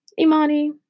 Imani